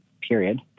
period